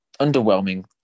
underwhelming